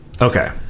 Okay